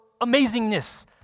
amazingness